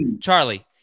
Charlie